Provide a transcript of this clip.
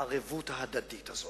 הערבות ההדדית הזאת,